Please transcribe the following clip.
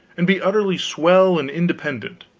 and be utterly swell and independent.